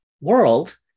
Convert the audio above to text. world